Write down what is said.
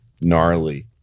gnarly